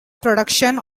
production